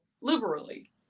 liberally